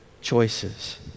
choices